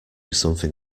something